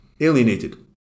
alienated